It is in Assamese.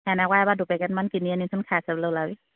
সেনেকুৱা এইবাৰ দুপেকেটমান কিনি আনিবিচোন খাই চাবলে ওলাবি